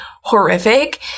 Horrific